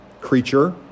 creature